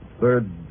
Third